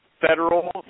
federal